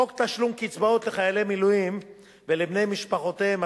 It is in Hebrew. חוק תשלום קצבאות לחיילי מילואים ולבני משפחותיהם,